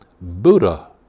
Buddha